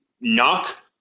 knock